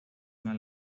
una